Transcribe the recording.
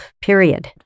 period